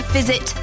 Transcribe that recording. visit